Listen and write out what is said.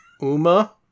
Uma